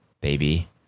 baby